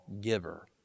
giver